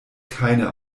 keine